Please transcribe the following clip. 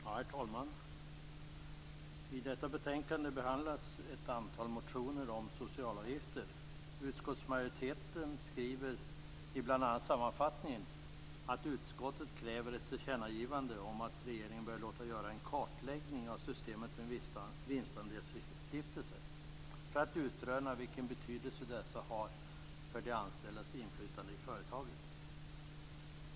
Herr talman! I detta betänkande behandlas ett antal motioner om socialavgifter. Utskottsmajoriteten skriver i bl.a. sammanfattningen att utskottet kräver ett tillkännagivande om att regeringen bör låta göra en kartläggning av systemet med vinstandelsstiftelser för att utröna vilken betydelse dessa har för de anställdas inflytande i företaget.